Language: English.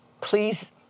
Please